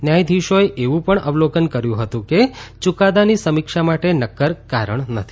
ન્યાયાધીશોએ એવું પણ અવલોકન કર્યું હતું કે યુકાદાની સમીક્ષા માટે નક્કર કારણ નથી